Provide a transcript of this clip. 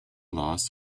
loss